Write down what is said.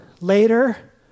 later